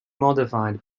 modified